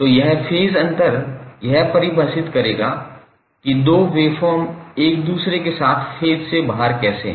तो यह फेज अंतर यह परिभाषित करेगा कि दो वेवफॉर्म एक दूसरे के साथ फेज से बाहर कैसे हैं